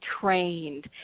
trained